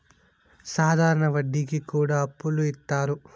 సాధారణ వడ్డీ కి కూడా అప్పులు ఇత్తారు